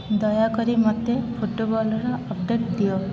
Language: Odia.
ଦୟାକରି ମୋତେ ଫୁଟବଲ୍ର ଅପଡ଼େଟ୍ ଦିଅ